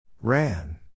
Ran